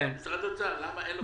אני יודע.